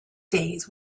days